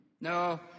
No